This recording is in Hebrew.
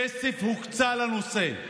כסף הוקצה לנושא.